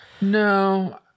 No